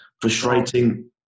frustrating